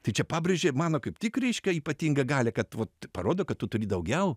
tai čia pabrėžia mano kaip tik reiškia ypatingą galią kad vat parodo kad tu turi daugiau